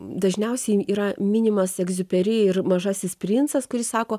dažniausiai yra minimas egziuperi ir mažasis princas kurį sako